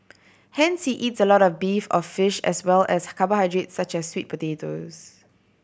hence he eats a lot of beef or fish as well as carbohydrates such as sweet potatoes